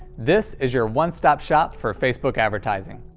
this is your one-stop shop for facebook advertising.